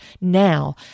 now